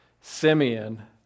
Simeon